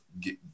get